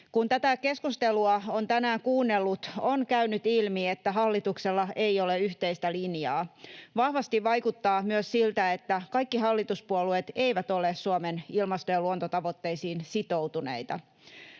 Kun tätä keskustelua on tänään kuunnellut, on käynyt ilmi, että hallituksella ei ole yhteistä linjaa. Vahvasti vaikuttaa myös siltä, että kaikki hallituspuolueet eivät ole Suomen ilmasto- ja luontotavoitteisiin sitoutuneita.